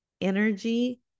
energy